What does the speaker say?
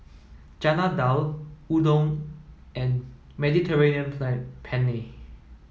Chana Dal Udon and Mediterranean Plan Penne